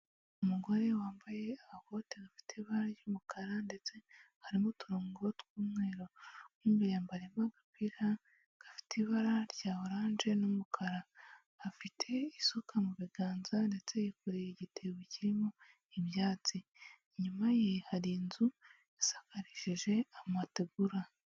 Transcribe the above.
Umugore wambaye agakote gafite ibara ry'umukara ndetse harimo uturongo tw'umweru, mo imbere yambariyemo agapira gafite ibara rya oranje n'umukara, afite isuka mu biganza ndetse yikoreye igitebo kirimo ibyatsi, inyuma ye hari inzu isakarishije amategura.